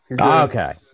Okay